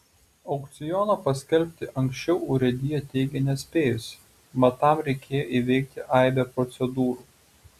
aukciono paskelbti anksčiau urėdija teigia nespėjusi mat tam reikėjo įveikti aibę procedūrų